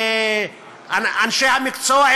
אנשי המקצוע,